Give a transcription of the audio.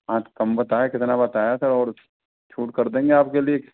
हाँ तो कम बताया कितना बताया सर और छूट कर देंगे आपके लिए